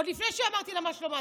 עוד לפני ששאלתי אותה מה שלומה,